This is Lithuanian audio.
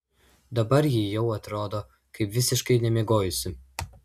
dabar ji jau atrodo kaip visiškai nemiegojusi